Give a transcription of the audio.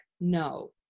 no